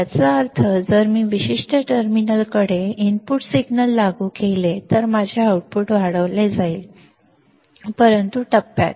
याचा अर्थ जर मी या विशिष्ट टर्मिनल कडे इनपुट सिग्नल लागू केले तर माझे आउटपुट वाढवले जाईल परंतु टप्प्यात